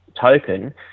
token